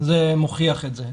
זה מוכיח את זה.